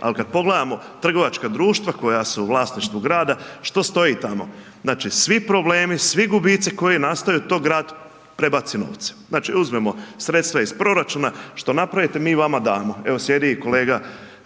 ali kad pogledamo trgovačka društva koja su u vlasništvu grada, što stoji tamo? Znači, svi problemi, svi gubitci koji nastaju to grad prebaci novce. Znači uzmemo sredstva iz proračuna, što napravite, mi vama damo. Evo sjedi i kolega